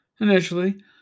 initially